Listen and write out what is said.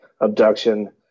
abduction